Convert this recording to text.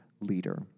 leader